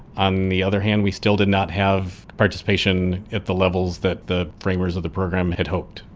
on the other hand, we still did not have participation at the levels that the framers of the program had hoped.